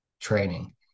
training